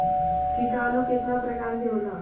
किटानु केतना प्रकार के होला?